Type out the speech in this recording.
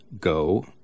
go